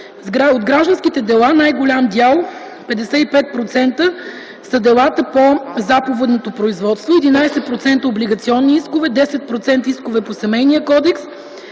От гражданските дела с най-голям дял – 55%, са делата по Заповедното производство, 11% - облигационни искове, 10% - искове по